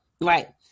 right